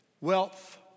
wealth